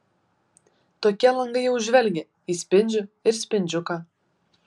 tokie langai jau žvelgia į spindžių ir spindžiuką